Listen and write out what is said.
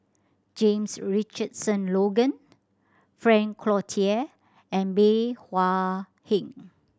James Richardson Logan Frank Cloutier and Bey Hua Heng